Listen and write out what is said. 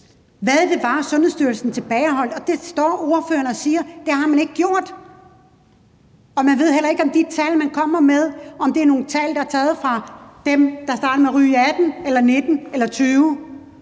hvad det var, Sundhedsstyrelsen tilbageholdt af tal, og det står ordføreren og siger at man ikke har gjort. Man ved heller ikke, om de tal, man kommer med, er nogle tal, der omfatter dem, der er startet med at ryge i 2018, 2019 eller 2020.